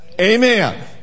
amen